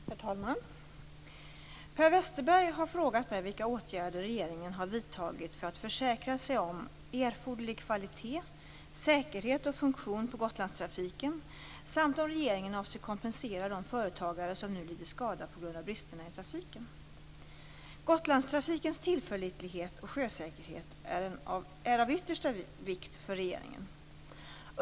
Herr talman! Per Westerberg har frågat mig vilka åtgärder regeringen har vidtagit för att försäkra sig om erforderlig kvalitet, säkerhet och funktion på Gotlandstrafiken samt om regeringen avser att kompensera de företagare som nu lider skada på grund av bristerna trafiken. Gotlandstrafikens tillförlitlighet och sjösäkerhet är av yttersta vikt för regeringen.